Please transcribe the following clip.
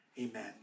Amen